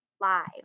Live